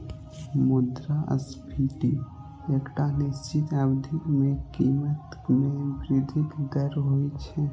मुद्रास्फीति एकटा निश्चित अवधि मे कीमत मे वृद्धिक दर होइ छै